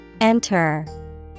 enter